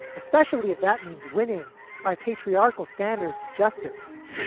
especially if that means winning by patriarchal standards of justice.